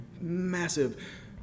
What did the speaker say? massive